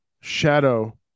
shadow